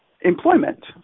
employment